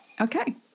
okay